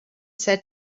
said